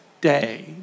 day